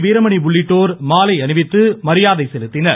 வீரமணி உள்ளிட்டோர் மாலை அணிவித்து மரியாதை செலுத்தினர்